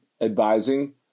advising